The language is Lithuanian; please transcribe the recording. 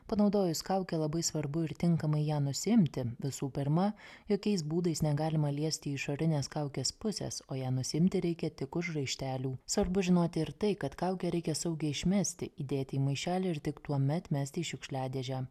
panaudojus kaukę labai svarbu ir tinkamai ją nusiimti visų pirma jokiais būdais negalima liesti išorinės kaukės pusės o ją nusiimti reikia tik už raištelių svarbu žinoti ir tai kad kaukę reikia saugiai išmesti įdėti į maišelį ir tik tuomet mesti į šiukšliadėžę